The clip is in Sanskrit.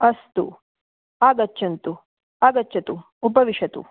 अस्तु आगच्छन्तु आगच्छतु उपविशतु